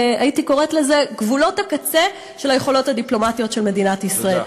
הייתי קוראת לזה גבולות הקצה של היכולות הדיפלומטיות של מדינת ישראל.